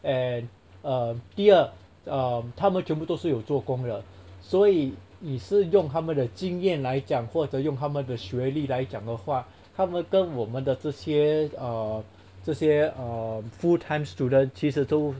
and um 第二 um 他们全部都是有作工的所以你是用他们的经验来讲或者用他们的学历来讲的话他们跟我们的这些 um 这些 um full time student 其实都